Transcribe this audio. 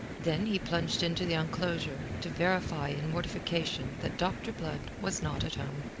then he plunged into the enclosure, to verify in mortification that dr. blood was not at home.